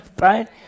right